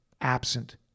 Absent